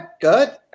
good